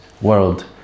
world